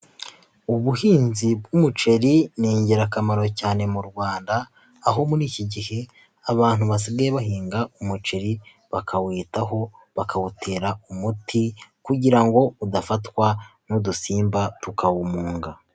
Ubuhinzi bw'umuceri ni ingirakamaro cyane mu Rwanda, aho muri iki gihe abantu basigaye bahinga umuceri, bakawitaho, bakawutera umuti kugira ngo udafatwa n'udusimba tukawumunga.